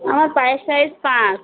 আমার পায়ের সাইজ পাঁচ